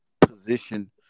position